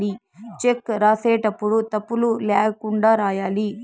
check రాసేటప్పుడు తప్పులు ల్యాకుండా రాయాలి